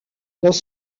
dans